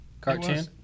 Cartoon